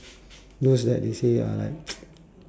those that they say are like